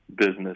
business